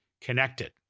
connected